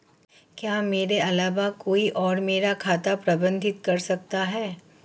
क्या मेरे अलावा कोई और मेरा खाता प्रबंधित कर सकता है?